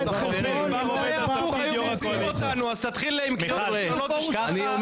שלישית --- מה הקשר של מה שאתה אומר